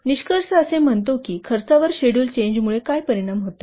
निष्कर्ष असे म्हणतो की खर्चावर शेड्युल चेंजमुळे काय परिणाम होतो